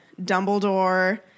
Dumbledore